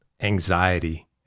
anxiety